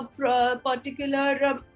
particular